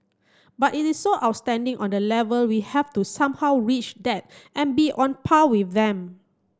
but it is so outstanding on the level we have to somehow reach that and be on par with them